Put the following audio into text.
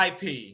IP